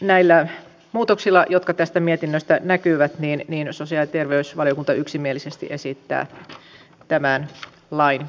näillä muutoksilla jotka tästä mietinnöstä näkyvät sosiaali ja terveysvaliokunta yksimielisesti esittää tämän lain hyväksymistä